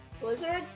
blizzard